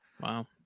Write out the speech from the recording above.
wow